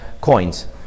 coins